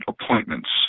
appointments